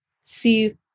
see